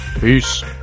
peace